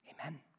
Amen